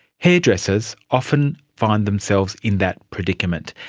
hairdressers often find themselves in that predicament.